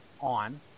on